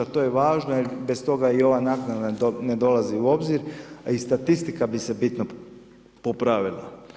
To je važno jer bez toga i ova naknada ne dolazi u obzir a i statistika bi se bitno popravila.